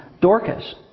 Dorcas